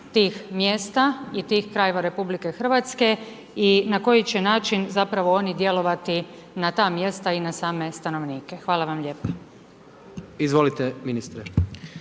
tih mjesta i tih krajeva RH i na koji će način, zapravo oni djelovati na ta mjesta i na same stanovnike. Hvala vam lijepo. **Jandroković,